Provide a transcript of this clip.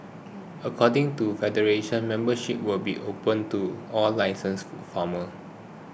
according to federation membership will be opened to all licensed food farmers